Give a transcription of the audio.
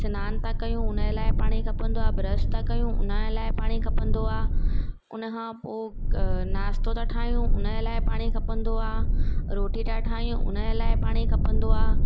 सनानु था कयूं हुनजे लाइ पाणी खपंदो आहे ब्रश था कयूं उनजे लाइ पाणी खपंदो आहे उनखां पोइ नाश्तो था ठाहियूं उनजे लाइ पाणी खपंदो आहे रोटी था ठाहियूं उनजे लाइ पाणी खपंदो आहे